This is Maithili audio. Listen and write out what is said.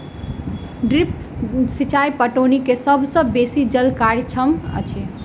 ड्रिप सिचाई पटौनी के सभ सॅ बेसी जल कार्यक्षम अछि